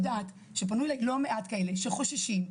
פנו אלי לא מעט כאלה שחוששים,